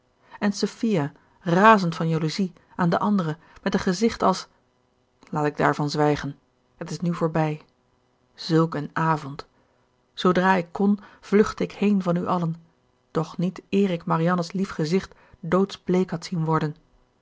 en sophia razend van jaloezie aan den anderen met een gezicht als laat ik daarvan zwijgen het is nu voorbij zulk een avond zoodra ik kon vluchtte ik heen van u allen doch niet eer ik marianne's lief gezicht doodsbleek had zien worden